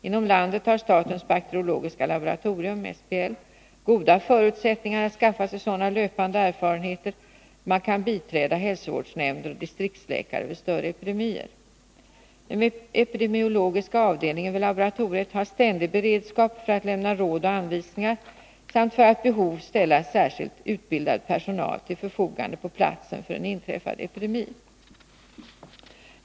Inom landet har statens bakteriologiska laboratorium goda förutsättningar att skaffa sig sådana löpande erfarenheter att man kan biträda hälsovårdsnämnder och distriktsläkare vid större epidemier. Den epidemiologiska avdelningen vid laboratoriet har ständig beredskap för att lämna råd och anvisningar samt för att vid behov ställa särskilt utbildad personal till förfogande på platsen för en inträffad epidemi.